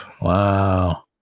Wow